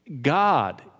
god